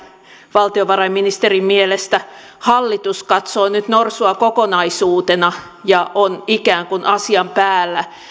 valtiovarainministerin mielestä hallitus katsoo nyt norsua kokonaisuutena ja on ikään kuin asian päällä